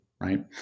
right